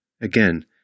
Again